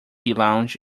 lounge